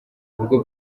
ubwo